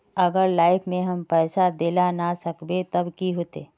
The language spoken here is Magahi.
अगर लाइफ में हम पैसा दे ला ना सकबे तब की होते?